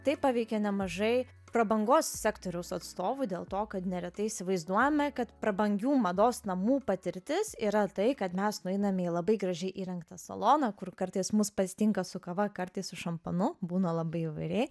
tai paveikė nemažai prabangos sektoriaus atstovų dėl to kad neretai įsivaizduojame kad prabangių mados namų patirtis yra tai kad mes nueiname į labai gražiai įrengtą saloną kur kartais mus pasitinka su kava kartais su šampanu būna labai įvairiai